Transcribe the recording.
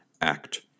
act